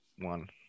One